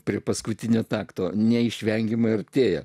prie paskutinio takto neišvengiamai artėja